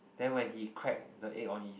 then when he crack the egg on his